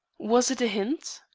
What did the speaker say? was it a hint?